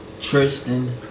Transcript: Tristan